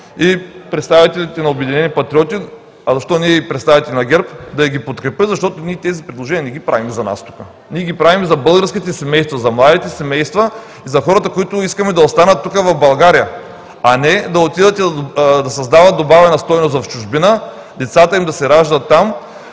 представителите на „Обединени патриоти“, а защо не и представителите на ГЕРБ, да ги подкрепят, защото тези предложения не ги правим за нас тук, ние ги правим за българските семейства, за младите семейства и за хората, които искаме да останат в България, а не да отидат и да създават добавена стойност в чужбина, децата им да се раждат там